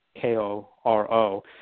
K-O-R-O